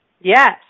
Yes